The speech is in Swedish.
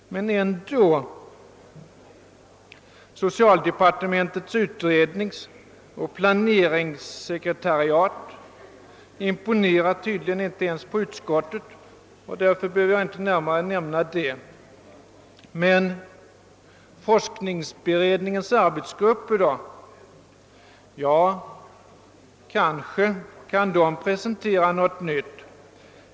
Socialdepartementets utredningsoch planeringssekretariat imponerar tydligen inte ens på utskottet, och därför behöver jag inte närmare nämna det. Forskningsberedningens arbetsgrupper då? Ja, kanske kan de presentera något nytt.